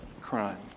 crime